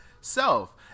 self